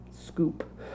scoop